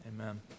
Amen